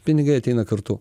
pinigai ateina kartu